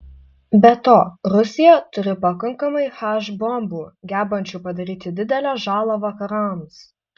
be to rusija turi pakankamai h bombų gebančių padaryti didelę žalą vakarams